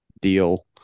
deal